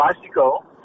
bicycle